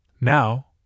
Now